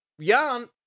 Jan